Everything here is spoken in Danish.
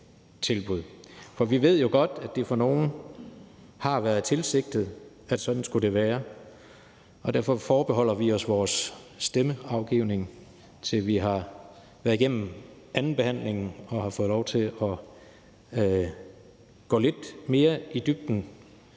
For vi ved jo godt, at det for nogle har været tilsigtet, at sådan skulle det være. Og derfor forbeholder vi os vores stemmeafgivning, til vi har været igennem andenbehandlingen og har fået lov til at gå lidt mere i dybden